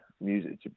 music